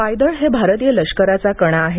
पायदळ हे भारतीय लष्कराचा कणा आहे